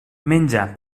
menja